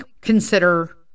consider